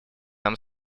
нам